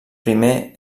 primer